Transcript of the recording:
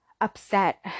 upset